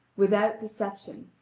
without deception,